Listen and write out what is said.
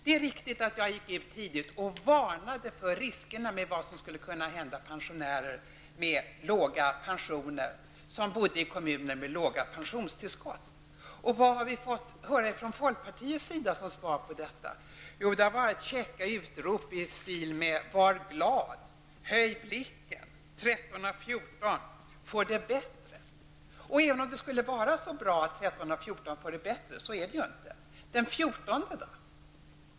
Det är riktigt att jag tidigt varnade för riskerna med vad som skulle kunna hända för de pensionärer med låg pension och som bodde i kommuner med låga pensionstillskott. Vad har vi fått höra från folkpartiet som svar på detta? Jo, det har varit käcka utrop i stil med: var glad, höj blicken, 13 av 14 får det bättre. Även om det skulle vara så bra att 13 av 14 får det bättre -- så är det inte -- kvarstår ändå problemet för den 14:e.